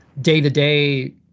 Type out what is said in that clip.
day-to-day